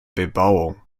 bebauung